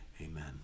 amen